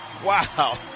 Wow